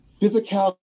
Physicality